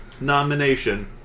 nomination